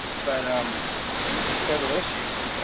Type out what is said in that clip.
but um we see several issues.